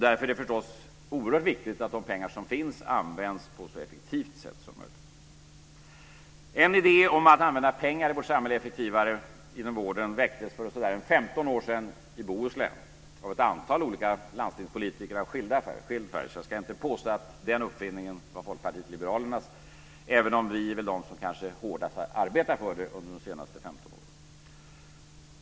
Därför är det förstås oerhört viktigt att de pengar som finns används på ett så effektivt sätt som möjligt. En idé om att använda pengarna i vårt samhälle effektivare inom vården väcktes för sådär 15 år sedan i Bohuslän av ett antal olika landstingspolitiker av skilda färger - jag ska inte påstå att den uppfinningen var Folkpartiet liberalernas, även om vi väl är de som har arbetat hårdast för det under de senaste 15 åren.